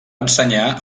ensenyar